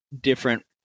different